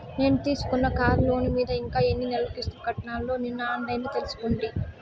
నేను తీసుకున్న కార్లోను మీద ఇంకా ఎన్ని నెలలు కిస్తులు కట్టాల్నో నిన్న ఆన్లైన్లో తెలుసుకుంటి